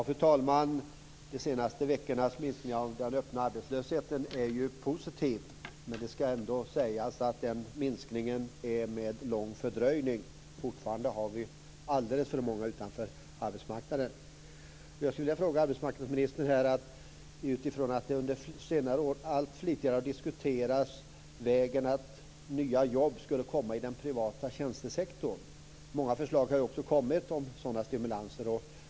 Fru talman! De senaste veckornas minskning av den öppna arbetslösheten är positiv. Men det skall ändå sägas att minskningen skett med lång fördröjning. Fortfarande står alldeles för många utanför arbetsmarknaden. Jag vill ställa en fråga till arbetsmarknadsministern. Den föranleds av att det under senare år allt flitigare har diskuterats att vägen till nya jobb skulle komma inom den privata tjänstesektorn. Många förslag har kommit om sådana stimulanser.